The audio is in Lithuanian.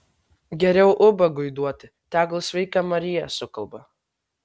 geriau ubagui duoti tegul sveika marija sukalba